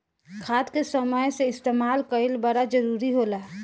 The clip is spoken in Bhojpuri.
खाद के समय से इस्तेमाल कइल बड़ा जरूरी होला